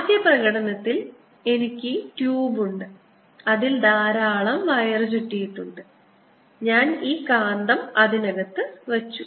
ആദ്യ പ്രകടനത്തിൽ എനിക്ക് ഈ ട്യൂബ് ഉണ്ട് അതിൽ ധാരാളം വയർ ചുറ്റിയിട്ടുണ്ട് ഞാൻ ഈ കാന്തം അതിനകത്ത് വെച്ചു